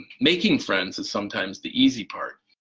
making friends is sometimes the easy part.